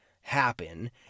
happen